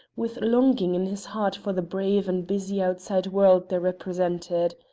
with longing in his heart for the brave and busy outside world they represented.